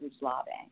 lobbying